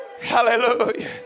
Hallelujah